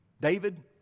David